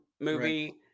movie